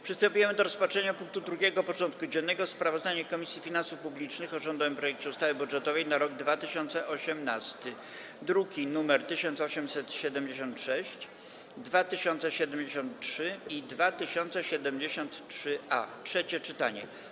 Przystępujemy do rozpatrzenia punktu 2. porządku dziennego: Sprawozdanie Komisji Finansów Publicznych o rządowym projekcie ustawy budżetowej na rok 2018 (druki nr 1876, 2073 i 2073-A) - trzecie czytanie.